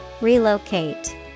Relocate